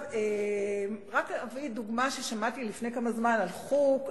אני רק אביא דוגמה ששמעתי לפני כמה זמן: הלכו,